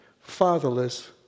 fatherless